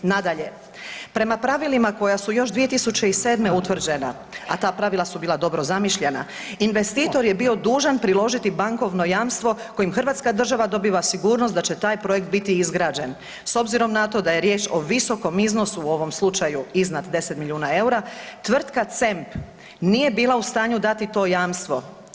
Nadalje, prema pravilima koja su još 2007. utvrđena, a ta pravila su bila dobro zamišljena, investitor je bio dužan priložiti bankovno jamstvo kojim hrvatska država dobiva sigurnost da će taj projekt biti izgrađen s obzirom na to da je riječ o visokom iznosu u ovom slučaju iznad 10 milijuna EUR-a tvrtka CEMP nije bila u stanju dati to jamstvo.